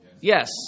Yes